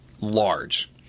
large